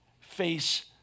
face